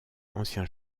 ancien